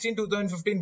2015